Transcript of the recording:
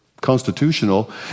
constitutional